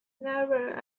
never